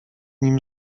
nim